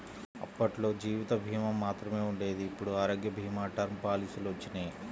అప్పట్లో జీవిత భీమా మాత్రమే ఉండేది ఇప్పుడు ఆరోగ్య భీమా, టర్మ్ పాలసీలొచ్చినియ్యి